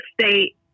state